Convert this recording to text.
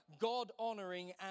God-honoring